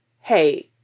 hey